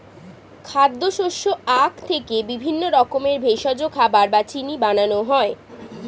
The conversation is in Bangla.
খাদ্য, শস্য, আখ থেকে বিভিন্ন রকমের ভেষজ, খাবার বা চিনি বানানো হয়